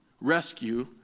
rescue